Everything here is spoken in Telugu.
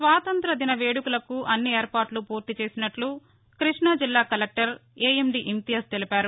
స్వాతంత్ర్య దిన వేదుకలకు అన్నిఏర్పాట్లు ఫూర్తిచేసినట్లు కృష్ణజిల్లా కలెక్టర్ ఏఎండీ ఇంతియాజ్ తెలిపారు